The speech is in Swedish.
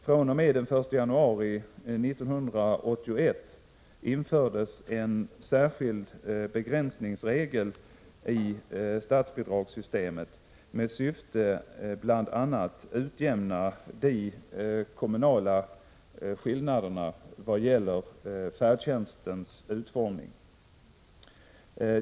fr.o.m. den 1 januari 1981 infördes en särskild begränsningsregel i statsbidragssystemet med syfte att bl.a. utjämna de kommunala skillnaderna vad gäller färdtjänstens utformning.